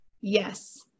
yes